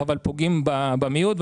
אבל פוגעים במיעוט.